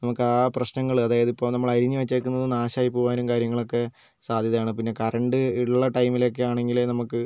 നമുക്ക് ആകെ പ്രശ്നങ്ങൾ അതായത് ഇപ്പോൾ നമ്മൾ അരിഞ്ഞ് വെച്ചേക്കുന്നത് നാശമായി പോകാനും കാര്യങ്ങളൊക്കേ സാധ്യതയാണ് പിന്നേ കറണ്ട് ഉള്ള ടൈമിലൊക്കേ ആണെങ്കിൽ നമുക്ക്